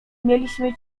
mieliśmy